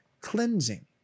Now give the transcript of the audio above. cleansing